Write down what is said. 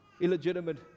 illegitimate